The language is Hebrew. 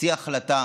הוציא החלטה